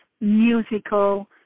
musical